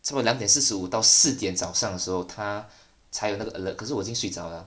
从两点四十五到四点早上时候他才有那个 alert 可是我已经睡着了